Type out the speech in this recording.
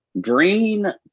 green